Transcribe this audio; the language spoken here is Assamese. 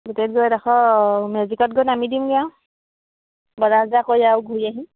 গোটেইটো ইডোখৰ মেজিকত গৈ নামি দিমগৈ আৰু বজাৰ চজাৰ কৰি আৰু ঘূৰি আহিম